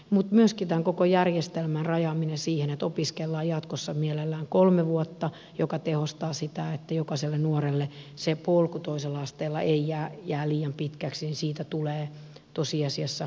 mutta myöskin tämän koko järjestelmän rajaamisesta siihen että opiskellaan jatkossa mielellään kolme vuotta mikä tehostaa sitä että jokaiselle nuorelle se polku toisella asteella ei jää liian pitkäksi tulee tosiasiassa säästöjä